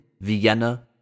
Vienna